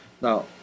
Now